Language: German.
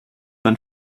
man